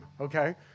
okay